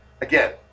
Again